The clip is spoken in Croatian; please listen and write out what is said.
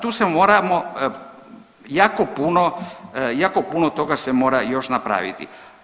Tu se moramo jako puno toga se mora još napraviti.